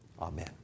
amen